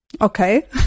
okay